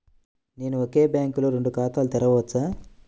నేను ఒకే బ్యాంకులో రెండు ఖాతాలు తెరవవచ్చా?